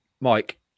Mike